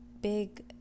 big